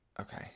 Okay